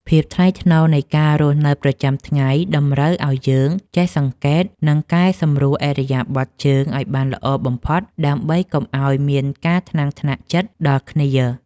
ភាពថ្លៃថ្នូរនៃការរស់នៅប្រចាំថ្ងៃតម្រូវឱ្យយើងចេះសង្កេត និង កែសម្រួលឥរិយាបថជើងឱ្យបានល្អបំផុតដើម្បីកុំឱ្យមានការថ្នាំងថ្នាក់ចិត្តដល់គ្នា។